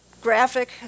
graphic